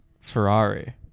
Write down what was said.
Ferrari